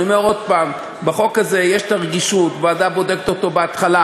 אני אומר עוד פעם: בחוק הזה יש רגישות: ועדה בודקת אותו בהתחלה,